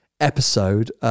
episode